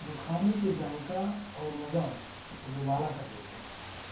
جو کھانے کے ذائقہ اور مزہ کو دوبالا کر دیتے ہیں